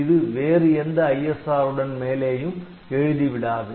இது வேறு எந்த ISR ன் மேலேயும் எழுதி விடாது